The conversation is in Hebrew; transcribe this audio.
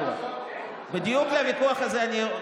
אינו נוכח אופיר אקוניס,